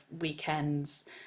weekends